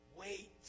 wait